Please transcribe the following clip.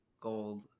gold